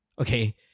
Okay